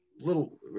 little